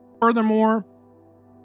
Furthermore